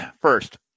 First